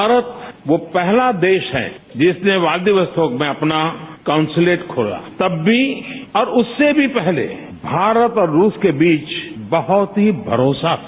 भारत वो पहला देश है जिसने व्लादिवोस्तोक में अपना काउंसलेट खोला तब भी और उससे भी पहले भारत और रूस के बीच बहुत ही भरोसा था